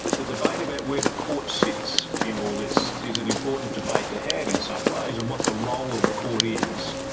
the the debate about where the court sits in all this is an important debate to have in some ways. and what the role of the court is.